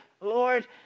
Lord